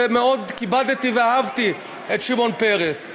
ומאוד כיבדתי ואהבתי את שמעון פרס.